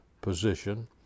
position